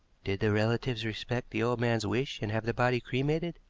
did the relatives respect the old man's wish and have the body cremated?